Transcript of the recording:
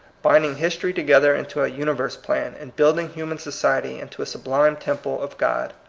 binding history to gether into a universe-plan, and building human society into a sublime temple of god.